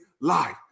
life